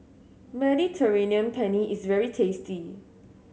Mediterranean Penne is very tasty